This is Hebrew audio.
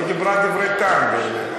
היא דיברה דברי טעם, באמת.